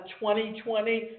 2020